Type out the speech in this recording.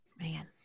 Man